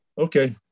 Okay